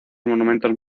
monumentos